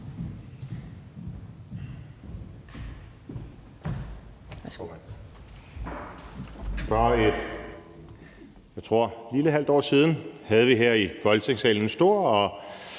tror lille halvt år siden havde vi her i Folketingssalen en stor